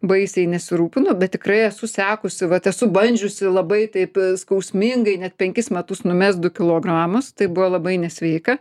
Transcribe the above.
baisiai nesirūpinu bet tikrai esu sekusi vat esu bandžiusi labai taip skausmingai net penkis metus numest du kilogramus tai buvo labai nesveika